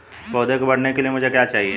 पौधे के बढ़ने के लिए मुझे क्या चाहिए?